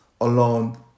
alone